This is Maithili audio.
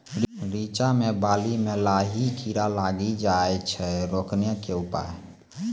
रिचा मे बाली मैं लाही कीड़ा लागी जाए छै रोकने के उपाय?